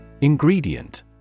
Ingredient